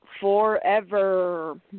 forever